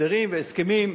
הסדרים והסכמים,